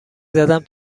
زدم